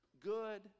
good